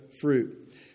fruit